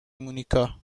مونیکا